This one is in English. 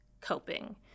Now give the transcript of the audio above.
coping